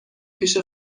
پیش